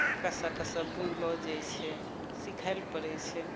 कसऽ कसऽ बुनलो जाइत छै सिखैलऽ पड़ैत छै